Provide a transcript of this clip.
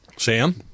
Sam